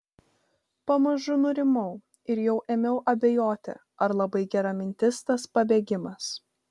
pamažu nurimau ir jau ėmiau abejoti ar labai gera mintis tas pabėgimas